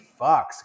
fucks